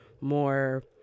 more